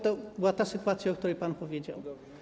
To była ta sytuacja, o której pan powiedział.